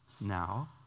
now